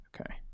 Okay